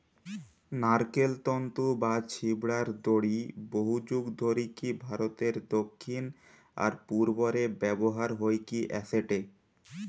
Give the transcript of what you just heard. নারকেল তন্তু বা ছিবড়ার দড়ি বহুযুগ ধরিকি ভারতের দক্ষিণ আর পূর্ব রে ব্যবহার হইকি অ্যাসেটে